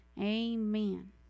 amen